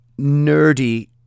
nerdy